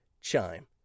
Chime